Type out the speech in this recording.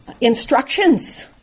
instructions